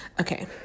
Okay